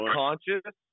conscious